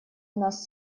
нас